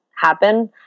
happen